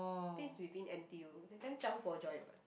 think it's within N_T_U that time Zhang Puo joined what